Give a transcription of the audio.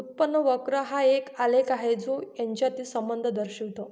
उत्पन्न वक्र हा एक आलेख आहे जो यांच्यातील संबंध दर्शवितो